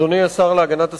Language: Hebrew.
אדוני השר להגנת הסביבה,